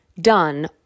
done